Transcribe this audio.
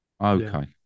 Okay